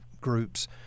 groups